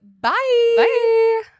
bye